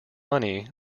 money